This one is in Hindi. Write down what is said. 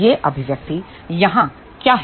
तो यह अभिव्यक्ति यहाँ क्या है